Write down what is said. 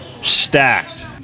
stacked